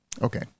Okay